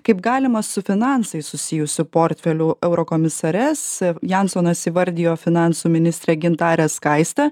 kaip galimą su finansais susijusių portfelių eurokomisares jansonas įvardijo finansų ministrę gintarę skaistę